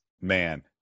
Man